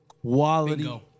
quality